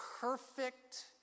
perfect